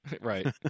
Right